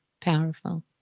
powerful